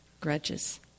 grudges